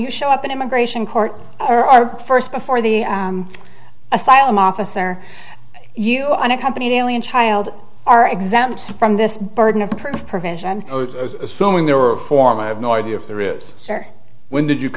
you show up in immigration court or are first before the asylum officer you unaccompanied alien child are exempt from this burden of proof provision assuming there are form i have no idea if there is when did you